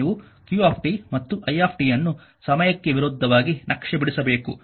ನೀವು q ಮತ್ತು i ಅನ್ನು ಸಮಯಕ್ಕೆ ವಿರುದ್ಧವಾಗಿ ನಕ್ಷೆ ಬಿಡಿಸಬೇಕು